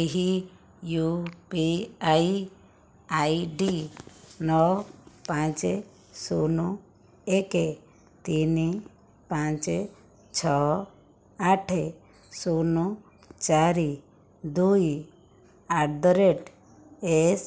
ଏହି U P I I D ନଅ ପାଞ୍ଚ ଶୂନ ଏକ ତିନି ପାଞ୍ଚ ଛଅ ଆଠ ଶୂନ ଚାରି ଦୁଇ ଆଟ୍ ଦ ରେଟ୍ ଏସ୍